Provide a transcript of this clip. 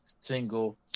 single